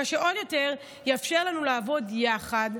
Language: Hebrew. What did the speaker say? מה שעוד יותר יאפשר לנו לעבוד יחד,